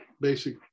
basic